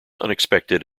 unexpected